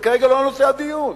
כרגע זה לא נושא הדיון.